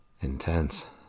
Intense